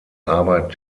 arbeit